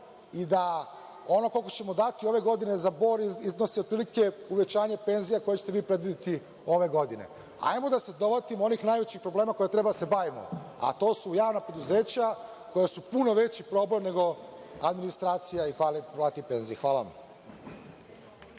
i da ono koliko ćemo dati ove godine za porez iznosi otprilike, uvećanje penzija koje ste vi predvideli ove godine. Hajde, da se dohvatimo onih najvećih problema kojima treba da se bavimo, a to su javna preduzeća koja su puno veći problem nego administracija i plate i penzije. Hvala